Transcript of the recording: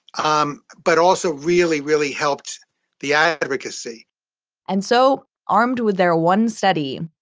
um but also really, really helped the advocacy and so armed with their one study,